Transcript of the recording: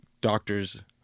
doctor's